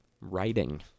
writing